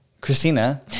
Christina